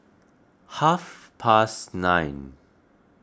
half past nine